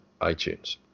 iTunes